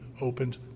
opened